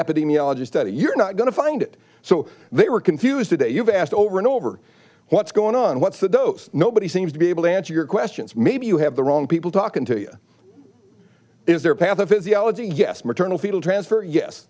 epidemiologist that you're not going to find it so they were confused today you've asked over and over what's going on what's the dose nobody seems to be able to answer your questions maybe you have the wrong people talking to you is there a pathophysiology yes maternal fetal transfer yes